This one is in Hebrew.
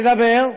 בבקשה,